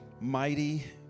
mighty